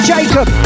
Jacob